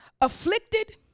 afflicted